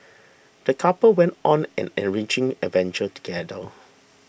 the couple went on an enriching adventure together